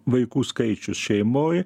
vaikų skaičius šeimoj